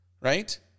right